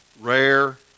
rare